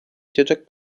ucieczek